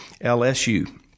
LSU